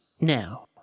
now